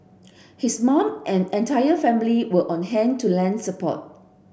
his mum and entire family were on hand to lend support